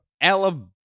Alabama